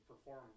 perform